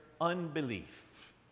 unbelief